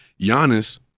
Giannis